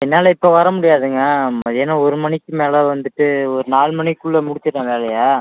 என்னால் இப்போ வர முடியாதுங்க மதியானம் ஒரு மணிக்கு மேலே வந்துவிட்டு ஒரு நாலு மணிக்குள்ளே முடிச்சிடுறேன் வேலையை